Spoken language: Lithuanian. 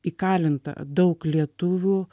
įkalinta daug lietuvių